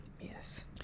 Yes